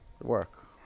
work